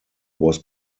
was